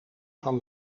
van